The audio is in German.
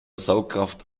saugkraft